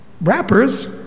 Rappers